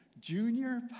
Junior